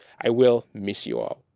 i will miss you all.